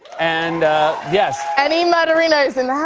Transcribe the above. and yes. any murderinos in yeah